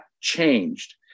changed